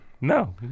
No